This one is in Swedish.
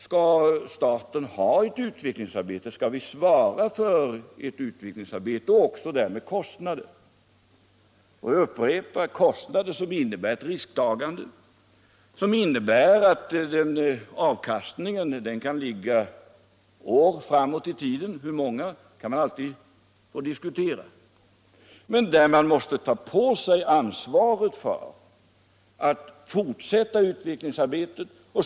Skall staten svara för ett utvecklingsarbete och ta de kostnader detta medför? Jag upprepar att dessa kostnader innebär ett risktagande så till vida att man inte nu kan säga när verksamheten kommer att ge avkastning. Avkastningen ligger kanske år framåt i tiden — hur många är svårt att säga. Men man måste ta på sig ansvaret för att utvecklingsarbetet fortsätter.